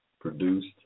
produced